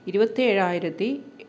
ഇരുപത്തേഴായിരത്തി